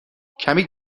کمی